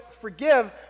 forgive